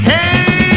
Hey